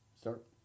Start